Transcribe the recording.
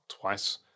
twice